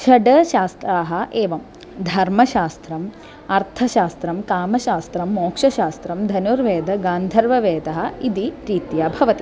षड् शास्त्राः एवं धर्मशास्त्रम् अर्थशास्त्रं कामशास्त्रं मोक्षशास्त्रं धनुर्वेदगान्धर्ववेदः इति रीत्या भवति